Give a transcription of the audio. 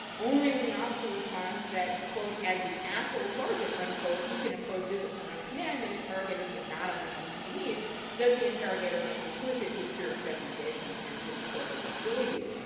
only when the officer responds that quote, as the asshole sergeant, unquote, he can impose discipline on his men that interrogators may not on the detainees does the interrogator make explicit his fear of feminization in the quote i just gave you.